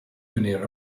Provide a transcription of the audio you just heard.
veneer